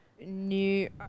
new